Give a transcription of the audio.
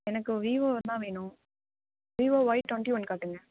எனக்கு வீவோ தான் வேணும் வீவோ ஒய் டொண்ட்டி ஒன் காட்டுங்க